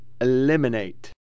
eliminate